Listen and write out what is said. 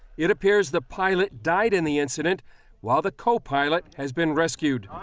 it appears the pilot died in the incident while the co-pilot has been rescued.